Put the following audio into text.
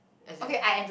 as in